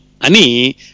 ani